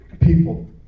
People